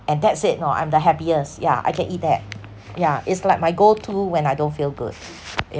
and that's it you know I'm the happiest yeah I can eat that yeah it's like my go to when I don't feel good